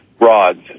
rods